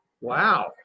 Wow